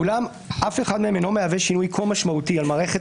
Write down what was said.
אולם אף אחד מהם אינו מהווה שינוי כה משמעותי על מערכת